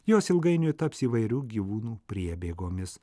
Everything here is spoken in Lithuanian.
jos ilgainiui taps įvairių gyvūnų priebėgomis